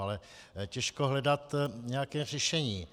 Ale těžko hledat nějaké řešení.